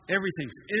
Everything's